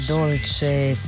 dolce